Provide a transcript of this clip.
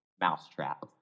Mousetrap